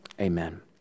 amen